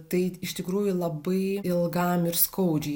tai iš tikrųjų labai ilgam ir skaudžiai